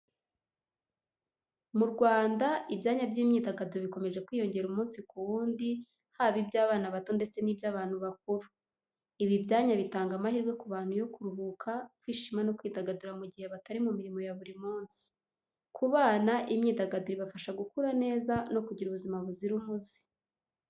Mu Rwanda, ibyanya by’imyidagaduro bikomeje kwiyongera umunsi ku wundi, haba iby’abana bato ndetse n’iby’abantu bakuru. Ibi byanya bitanga amahirwe ku bantu yo kuruhuka, kwishima no kwidagadura mu gihe batari mu mirimo ya buri munsi. Ku bana, imyidagaduro ibafasha gukura neza no kugira ubuzima buzira umuze.